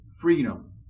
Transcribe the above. freedom